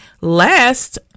Last